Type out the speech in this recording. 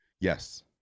Yes